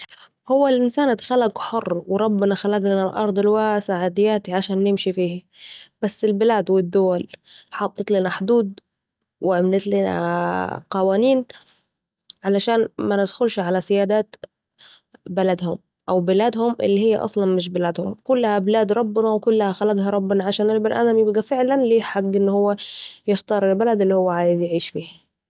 هو الانسان اتخلق حر وخلق لنا الارض الواسسعه دياتي علشان نعيش فيها ، بس البلاد و الدوال حط لنا حدود و عملت لنا قوانين علشان مندخلش على سيدات بدلهم او بلادهم الي هي أصلا مش بلادهم ، كلها بلاد ربنا و كلها خلقها ربنا علشان البني آدم يبقي فعلاً ليه حق ان هو يختار البلد الي هو هيعيش فيها